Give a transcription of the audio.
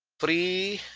free